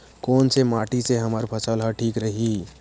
कोन से माटी से हमर फसल ह ठीक रही?